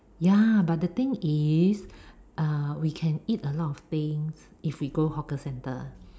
ya but the thing is err we can eat a lot of things if we go hawker centre